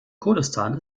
kurdistan